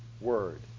word